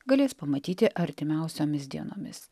galės pamatyti artimiausiomis dienomis